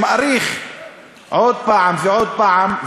שמאריך עוד פעם ועוד פעם.